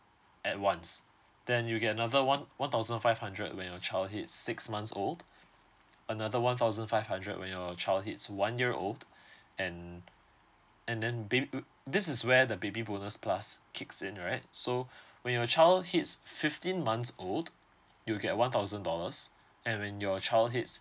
at once then you get another one one thousand five hundred when your child hits six months old another one thousand five hundred when your child hits one year old and and then baby this is where the baby bonus plus kicks in right so when your child hits fifteen months old you'll get one thousand dollars and when your child hits